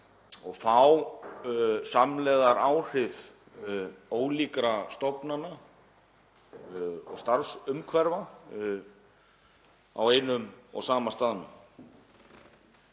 og fá samlegðaráhrif ólíkra stofnana og starfsumhverfa á einum og sama staðnum.